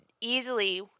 easily